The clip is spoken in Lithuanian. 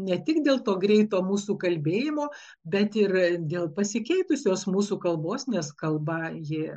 ne tik dėl to greito mūsų kalbėjimo bet ir dėl pasikeitusios mūsų kalbos nes kalba ji